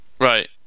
Right